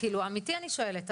אמיתי אני שואלת.